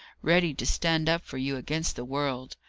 ready to stand up for you against the world.